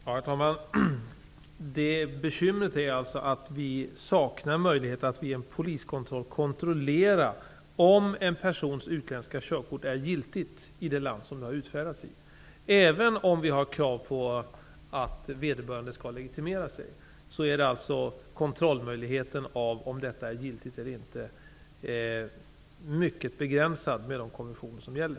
Herr talman! Bekymret är att Polisen saknar möjlighet att kontrollera om en persons utländska körkort är giltigt i det land som det har utfärdats i. Även om vi ställer krav på att vederbörande skall legitimera sig, är kontrollmöjligheten i fråga om giltigheten mycket begränsad genom de konventioner som gäller.